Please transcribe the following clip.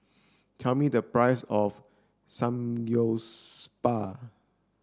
tell me the price of Samgyeopsal